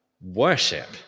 worship